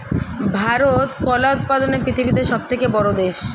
ভারত কলা উৎপাদনে পৃথিবীতে সবথেকে বড়ো দেশ